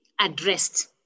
addressed